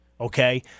okay